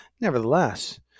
Nevertheless